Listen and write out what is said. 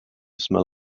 smell